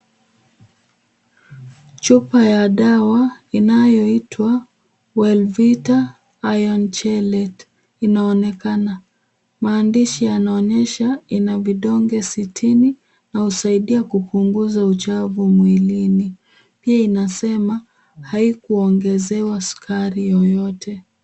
Chupa ya dawa inayoitwa Wellvita Iron Chelate inaonekana. Maandishi yanaonyesha ina vidonge sitini inayosaidia kupunguza uchovu mwilini. Pia inasema haikuongezewa sukari yoyote.